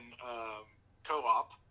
co-op